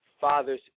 Father's